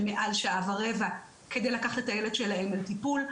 של מעל שעה ורבע כדי לקחת את הילד שלהם לטיפול,